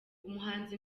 umuhanzi